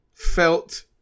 Felt